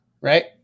right